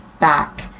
back